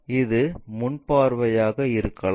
இது முன் பார்வையாக இருக்கலாம்